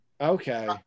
Okay